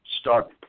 Start